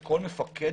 כל מפקד,